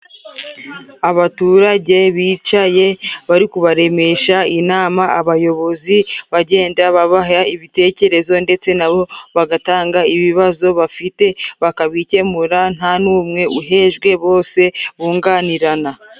Abaturage bicaye bari kubaremesha inama, abayobozi bagenda babaha ibitekerezo ndetse nabo bagatanga ibibazo bafite, bakabikemura nta n'umwe uhejwe bose bunganirana.